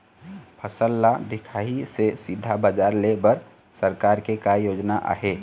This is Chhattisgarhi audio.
फसल ला दिखाही से सीधा बजार लेय बर सरकार के का योजना आहे?